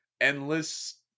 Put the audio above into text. endless